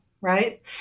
right